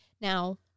Now